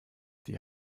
die